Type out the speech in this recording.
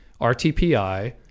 RTPI